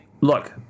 look